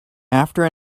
after